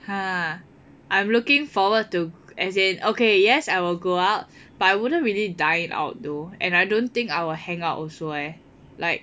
!huh! I'm looking forward to as in okay yes I will go out but I wouldn't really dine out though and I don't think I will hang out also eh like